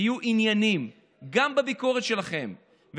תהיו ענייניים, גם בביקורת שלכם.